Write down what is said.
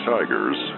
Tigers